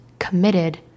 committed